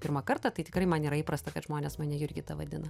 pirmą kartą tai tikrai man yra įprasta kad žmonės mane jurgita vadina